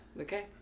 okay